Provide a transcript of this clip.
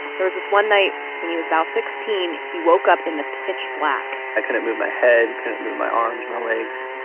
there was this one night when he was about sixteen, he woke up in the pitch black i couldn't move my head, couldn't move my arms, my legs.